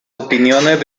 opiniones